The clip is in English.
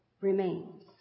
Remains